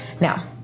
Now